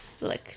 look